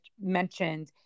mentioned